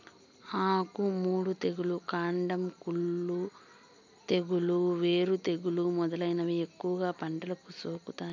ఆకు మాడు తెగులు, కాండం కుళ్ళు తెగులు, వేరు తెగులు మొదలైనవి ఎక్కువగా పంటలకు సోకుతాయి